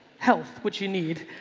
health, which you need.